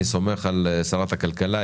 אני סומך על שרת הכלכלה,